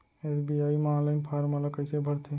SBI म online form ल कइसे भरथे?